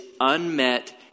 unmet